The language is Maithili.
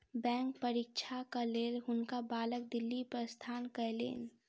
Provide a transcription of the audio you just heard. बैंक परीक्षाक लेल हुनका बालक दिल्ली प्रस्थान कयलैन